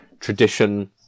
tradition